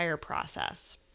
process